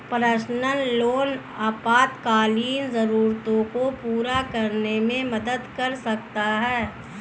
personal loan आपातकालीन जरूरतों को पूरा करने में मदद कर सकता है